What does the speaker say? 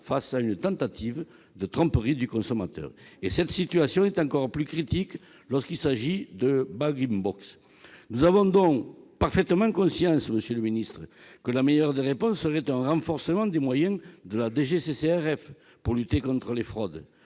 face à une tentative de tromperie du consommateur. Cette situation est encore plus critique lorsqu'il s'agit de. Nous avons parfaitement conscience, monsieur le ministre, que la meilleure des réponses serait un renforcement des moyens dont dispose la DGCCRF pour lutter contre les fraudes.